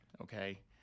okay